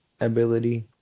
ability